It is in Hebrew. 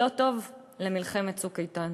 לא טוב למלחמת "צוק איתן".